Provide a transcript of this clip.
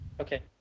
Okay